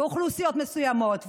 באוכלוסיות מסוימות?